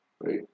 right